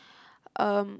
um